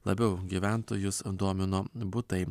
labiau gyventojus domino butai